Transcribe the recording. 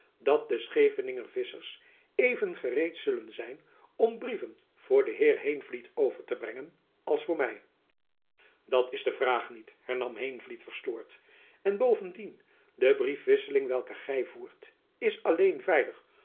dat de schevelinger visschers even gereed zullen zijn om brieven voor den heer heenvliet over te brengen als voor my dat is de vraag niet hernam heenvliet verstoord en bovendien de briefwisseling welke gy voert is alleen veilig